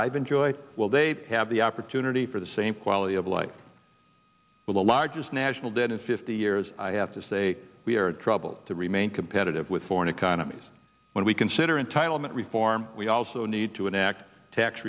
i've enjoyed will they have the opportunity for the same quality of life for the largest national debt in fifty years i have to say we are in trouble to remain competitive with foreign economies when we consider entitlement reform we also need to enact tax